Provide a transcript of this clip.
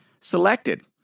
selected